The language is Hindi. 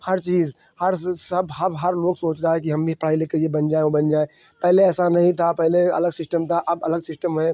हर चीज़ हर सब हब हर लोग सोच रहा है कि हम भी पढ़ लिखकर यह बन जाएँ वह बन जाएँ पहले ऐसा नहीं था पहले अलग सिस्टम था अब अलग सिस्टम है